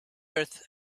earth